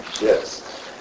yes